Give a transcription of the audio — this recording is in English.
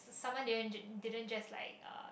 someone didn't didn't just like uh